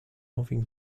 moving